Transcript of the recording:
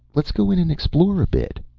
let's go in and explore a bit.